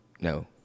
No